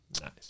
Nice